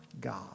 God